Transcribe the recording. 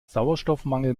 sauerstoffmangel